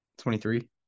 23